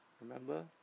Remember